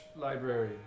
library